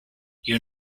you